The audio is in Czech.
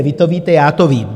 Vy to víte, já to vím.